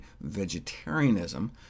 vegetarianism